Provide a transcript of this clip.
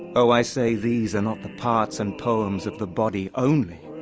o i say these are not the parts and poems of the body only,